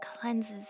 cleanses